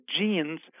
genes